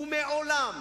ומעולם